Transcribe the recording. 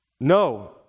no